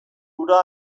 hura